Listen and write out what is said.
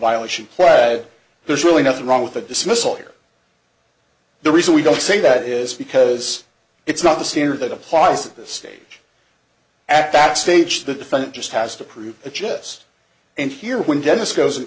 violation pled there's really nothing wrong with a dismissal or the reason we don't say that is because it's not the standard that applies at this stage at that stage the defendant just has to prove a jest and here when dennis goes